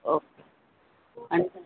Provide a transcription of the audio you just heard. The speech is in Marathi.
ओके अच्छा